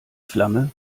flammen